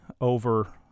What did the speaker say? over